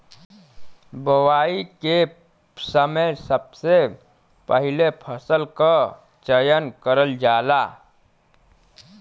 बोवाई के समय सबसे पहिले फसल क चयन करल जाला